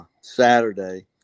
Saturday